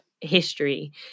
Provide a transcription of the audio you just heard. history